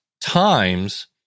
times